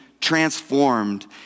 transformed